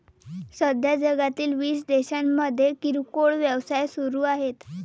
सध्या जगातील वीस देशांमध्ये किरकोळ व्यवसाय सुरू आहेत